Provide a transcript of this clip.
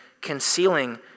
concealing